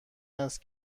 است